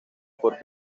por